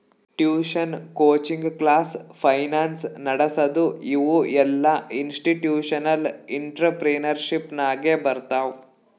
tuition, coaching class, finance ನಡಸದು ಇವು ಎಲ್ಲಾಇನ್ಸ್ಟಿಟ್ಯೂಷನಲ್ ಇಂಟ್ರಪ್ರಿನರ್ಶಿಪ್ ನಾಗೆ ಬರ್ತಾವ್